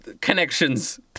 connections